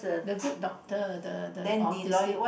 the Good Doctor the the autistic